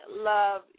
love